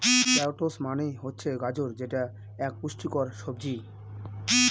carrots মানে হচ্ছে গাজর যেটা এক পুষ্টিকর সবজি